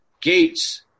gates